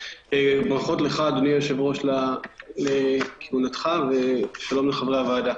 ברכות ליושב-ראש לרגל תחילת הכהונה ושלום לכל חברי הוועדה.